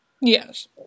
yes